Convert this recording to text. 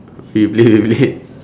beyblade beyblade